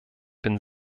bin